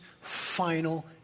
final